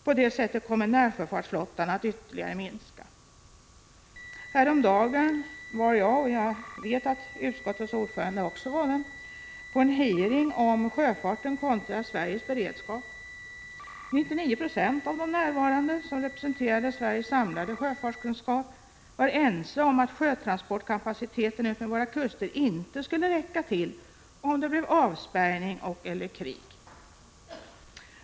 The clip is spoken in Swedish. På det sättet kommer närsjöfartsflottan Häromdagen var jag — och jag vet att utskottets ordförande också var där 7 maj 1986 på en hearing om sjöfarten contra Sveriges beredskap. 99 920 av de närvarande, som representerade Sveriges samlade sjöfartskunskap, var ense om att sjötransportkapaciteten utmed våra kuster inte skulle räcka till om det blev avspärrning och/eller krig.